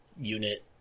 unit